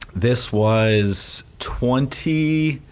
this was twenty,